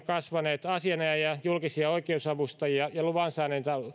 kasvaneet asianajajia ja julkisia oikeusavustajia ja luvan saaneita